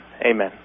Amen